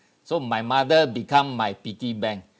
so my mother become my piggy bank